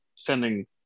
sending